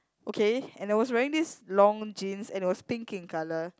okay and I was wearing this long jeans and it was pink in color